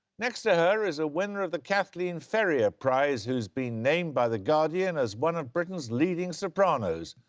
next to her is a winner of the kathleen ferrier prize, who's been named by the guardian as one of britain's leading sopranos.